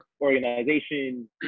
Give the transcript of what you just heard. organization